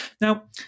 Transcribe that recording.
Now